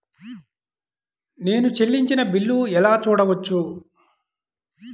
నేను చెల్లించిన బిల్లు ఎలా చూడవచ్చు?